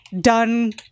done